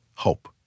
Hope